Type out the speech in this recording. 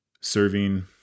serving